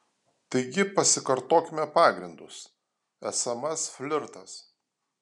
taigi pasikartokime pagrindus sms flirtas